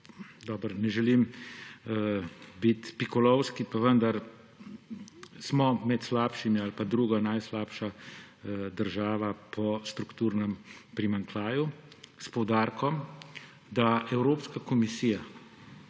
dobro, ne želim biti pikolovski, pa vendar, smo med slabšimi ali pa druga najslabša država po strukturnem primanjkljaju, s poudarkom, da Evropska komisija